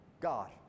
God